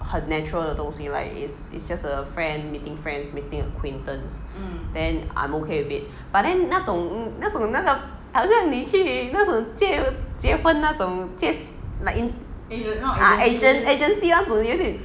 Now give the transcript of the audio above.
很 natural 的东西 like it's it's just a friend meeting friends meeting acquaintance then I'm okay with it but then 那种那种那种好像你去那种结结婚那种 just like in ah like agen~ agency 那种有一点